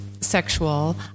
sexual